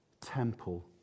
temple